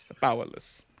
powerless